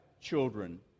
children